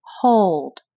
Hold